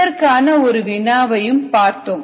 இதற்கான ஒரு வினாவும் செய்து பார்த்தோம்